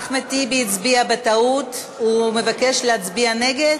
אחמד טיבי הצביע בטעות והוא מבקש להצביע נגד.